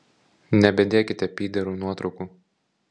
nebedėkite pyderų nuotraukų